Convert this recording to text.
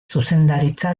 zuzendaritza